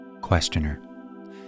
Questioner